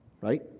right